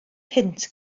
punt